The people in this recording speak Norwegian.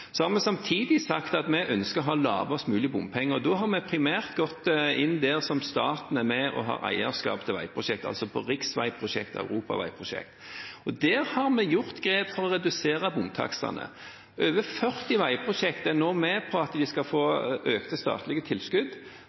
ha lavest mulig bompenger. Da har vi primært gått inn der staten er med og har eierskap til veiprosjekter, altså på riksveiprosjekter og europaveiprosjekter. Der har vi gjort grep for å redusere bomtakstene. Over 40 veiprosjekter er nå med på at de skal få økte statlige tilskudd